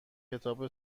کتاب